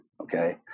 okay